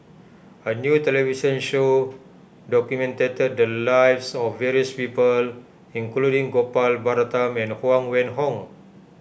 a new television show documented the lives of various people including Gopal Baratham and Huang Wenhong